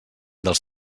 dels